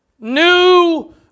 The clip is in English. new